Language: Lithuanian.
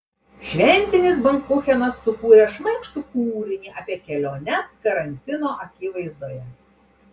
šventinis bankuchenas sukūrė šmaikštų kūrinį apie keliones karantino akivaizdoje